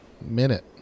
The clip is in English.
minute